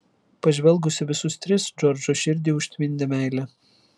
pažvelgus į visus tris džordžo širdį užtvindė meilė